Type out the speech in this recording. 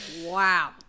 Wow